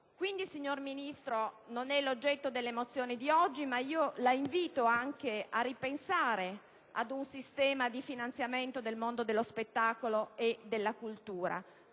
Quindi, signor Ministro, anche se non è questo l'oggetto delle mozioni oggi in esame, la invito a ripensare ad un sistema di finanziamento del mondo dello spettacolo e della cultura,